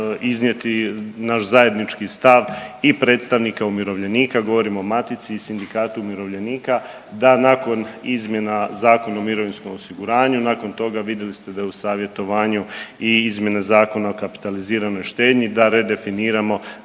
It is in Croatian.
iznijeti naš zajednički stav i predstavnika umirovljenika, govorim o Matici i Sindikatu umirovljenika, da nakon izmjena Zakona o mirovinskom osiguranju, nakon toga, vidjeli ste da je u savjetovanju i izmjene Zakona o kapitaliziranoj štednji, da redefinirano